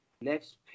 next